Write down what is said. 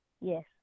Yes